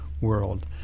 world